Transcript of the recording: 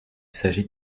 s’agit